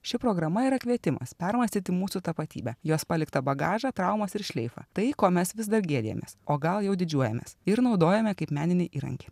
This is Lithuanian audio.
ši programa yra kvietimas permąstyti mūsų tapatybę jos paliktą bagažą traumas ir šleifą tai ko mes vis dar gėdijamės o gal jau didžiuojamės ir naudojame kaip meninį įrankį